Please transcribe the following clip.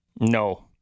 No